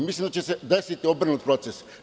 Mislim da će se desiti obrnut proces.